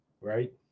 right